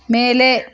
ಮೇಲೆ